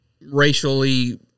racially